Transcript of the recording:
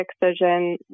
excision